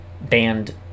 banned